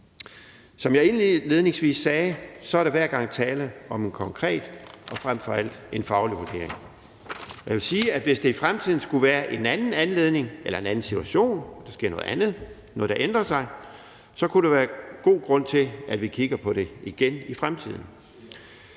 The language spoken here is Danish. Som jeg indledningsvis sagde, er der hver gang tale om en konkret og frem for alt faglig vurdering. Jeg vil sige, at hvis der i fremtiden skulle være en anden anledning eller en anden situation, altså at der sker noget andet og der er noget, der ændrer sig, så kunne der være god grund til, at vi kigger på det igen. Om den